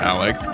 Alex